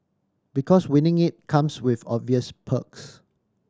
because winning it comes with obvious perks